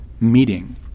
Meeting